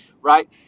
right